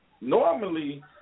normally